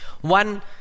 One